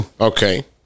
Okay